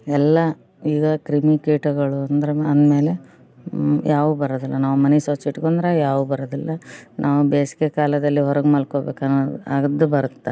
ಎಲ್ಲ ಈಗ ಕ್ರಿಮಿ ಕೀಟಗಳು ಅಂದ್ರೆ ಮ ಅಂದಮೇಲೆ ಯಾವುವೂ ಬರೋದಿಲ್ಲ ನಾವು ಮನೆ ಸ್ವಚ್ಛ ಇಟ್ಕೊಂಡ್ರೆ ಯಾವ್ದೂ ಬರೋದಿಲ್ಲ ನಾವು ಬೇಸಿಗೆ ಕಾಲದಲ್ಲಿ ಹೊರಗೆ ಮಲ್ಕೊಳ್ಬೇಕು ಅನ್ನೋದು ಆಗದ್ದು ಬರುತ್ತೆ